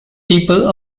people